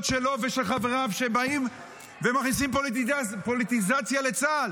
שלו ושל חבריו שבאים ומכניסים פוליטיזציה לצה"ל.